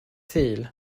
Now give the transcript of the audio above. sul